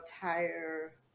tire